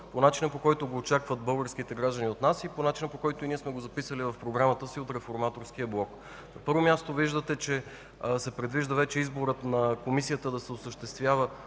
по начина, по който го очакват българските граждани от нас, и по начина, по който сме го записали в програмата си ние от Реформаторския блок. На първо място, виждате, че се предвижда изборът на Комисията да се осъществява